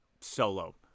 solo